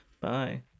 Bye